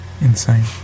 insane